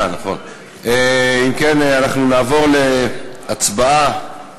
אם כן, נעבור להצבעה